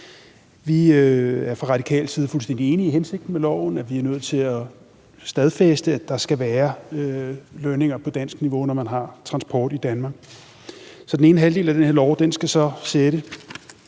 Vi er fra radikal side fuldstændig enige i hensigten med lovforslaget, nemlig at vi er nødt til at stadfæste, at der skal være lønninger på dansk niveau, når man har transport i Danmark. Den ene halvdel af det her lovforslag skal så gøre